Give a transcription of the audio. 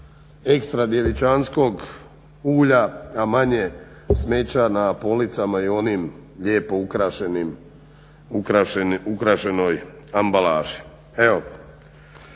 ekstra djevičanskog ulja a manje smeća na policama i onim lijepo ukrašenoj ambalaži.